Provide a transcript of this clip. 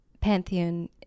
pantheon